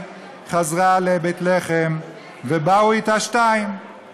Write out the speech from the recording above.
הגויים לא יחליטו.